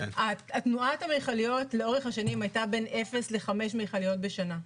תנועת המכליות לאורך השנים היתה בין אפס לחמש מכליות בשנה.